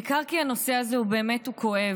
בעיקר כי הנושא הזה הוא באמת כואב.